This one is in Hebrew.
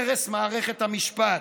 הרס מערכת המשפט,